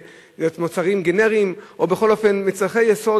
מוצרים גנריים או בכל אופן מצרכי יסוד,